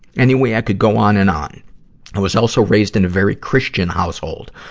anyway, i could go on and on. i was also raised in a very christian household.